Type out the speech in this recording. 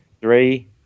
Three